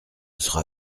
sera